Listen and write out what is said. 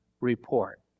report